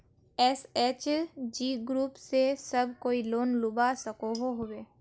SHG group से सब कोई लोन लुबा सकोहो होबे?